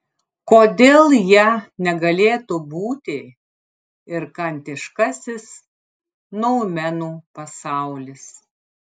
kodėl ja negalėtų būti ir kantiškasis noumenų pasaulis